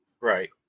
Right